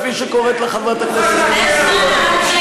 כפי שקוראת לה חברת הכנסת תומא סלימאן.